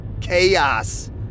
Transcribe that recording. chaos